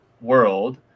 world